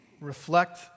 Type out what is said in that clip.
reflect